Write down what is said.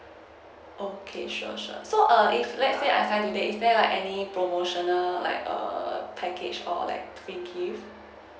okay sure sure so err if let's say I sign in that is there like any promotional like a package or like free gift